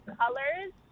colors